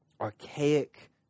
archaic